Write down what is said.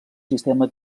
sistema